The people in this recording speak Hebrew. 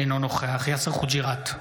אינו נוכח יאסר חוג'יראת,